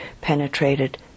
penetrated